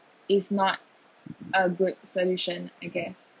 is not a good solution I guess